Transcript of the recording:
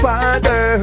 Father